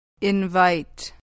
invite